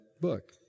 book